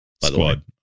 squad